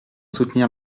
soutenir